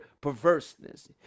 perverseness